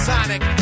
Sonic